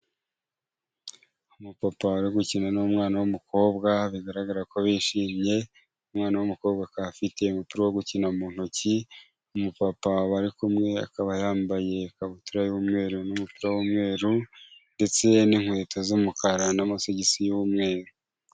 Umapapa uri gukina n'umwana w'umukobwa, bigaragara ko bishimiye, umwana w'umukobwa akaba afite umupira wo gukina mu ntoki, umupapa bari kumwe akaba yambaye ikabutura y'umweru n'umupira w'umweru, ndetse n'inkweto z'umukara n'amasogisi y'umweru.